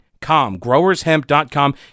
Growershemp.com